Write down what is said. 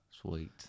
Sweet